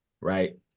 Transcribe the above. right